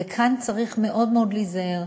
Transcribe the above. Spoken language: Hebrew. וכאן צריך מאוד מאוד להיזהר.